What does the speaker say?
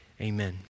amen